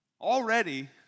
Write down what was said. Already